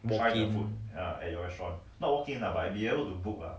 walk-in